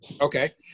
okay